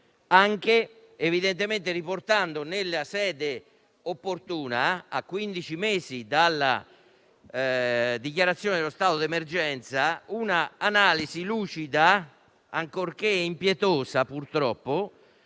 anche riportando nella sede opportuna, a quindici mesi dalla dichiarazione dello stato d'emergenza, un'analisi lucida, ancorché purtroppo